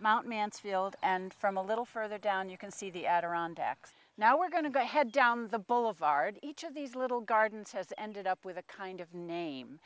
mount mansfield and from a little further down you can see the adirondacks now we're going to head down the boulevard each of these little gardens has ended up with a kind of name